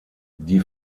die